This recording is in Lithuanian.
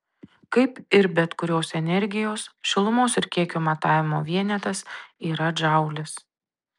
kaip ir bet kurios energijos šilumos kiekio matavimo vienetas yra džaulis